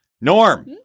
Norm